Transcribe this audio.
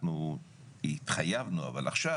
אנחנו התחייבנו אבל עכשיו